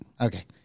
Okay